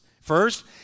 First